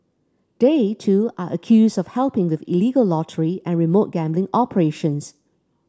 they too are accused of helping with illegal lottery and remote gambling operations